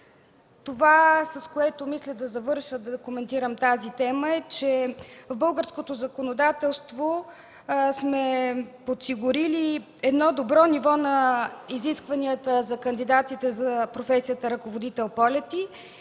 Това, с което мисля да завърша да коментирам тази тема, е, че в българското законодателство сме подсигурили едно добро ниво на изискванията за кандидатите за професията „ръководител полети”